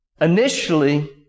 initially